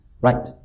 right